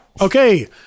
Okay